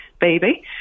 baby